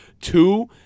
Two